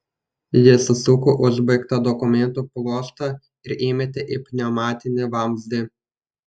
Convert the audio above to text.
jis susuko užbaigtą dokumentų pluoštą ir įmetė į pneumatinį vamzdį